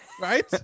Right